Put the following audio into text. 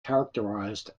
characterized